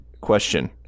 Question